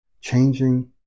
changing